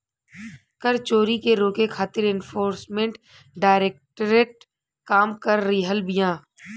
कर चोरी के रोके खातिर एनफोर्समेंट डायरेक्टरेट काम कर रहल बिया